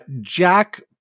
Jack